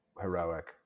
heroic